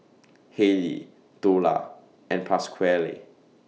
Haley Dola and Pasquale